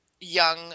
young